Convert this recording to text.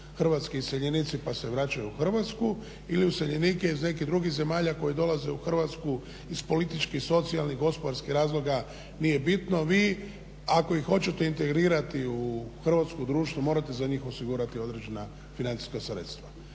hrvatski iseljenici pa se vraćaju u Hrvatski ili useljenike iz nekih drugih zemalja koji dolaze u Hrvatsku iz političkih, socijalnih, gospodarskih razloga nije bitno. Vi ako i hoćete integrirati u hrvatsko društvo, morate za njih osigurati određena financijska sredstva.